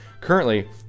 Currently